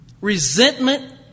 Resentment